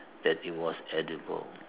that it was edible